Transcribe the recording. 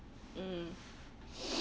mm